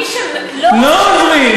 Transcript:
לא עוזרים,